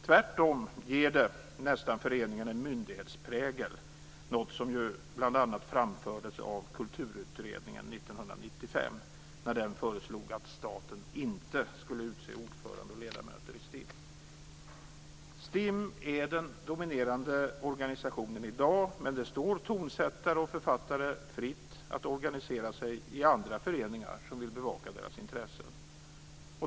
Tvärtom ger det nästan föreningen en myndighetsprägel - något som bl.a. framfördes av kulturutredningen 1995 när den föreslog att staten inte skulle utse ordförande och ledamöter i STIM. STIM är den dominerande organisationen i dag, men det står tonsättare och författare fritt att organisera sig i andra föreningar som vill bevaka deras intressen.